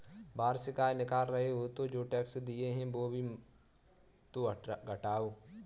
वार्षिक आय निकाल रहे हो तो जो टैक्स दिए हैं वो भी तो घटाओ